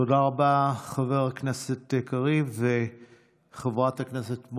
תודה רבה, חבר הכנסת קריב.